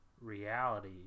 reality